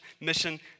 mission